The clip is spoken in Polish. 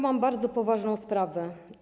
Mam bardzo poważną sprawę.